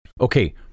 okay